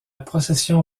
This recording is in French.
procession